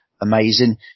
amazing